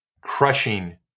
crushing